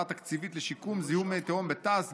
תקציבית לשיקום זיהומי מי תהום בתעש גבעון,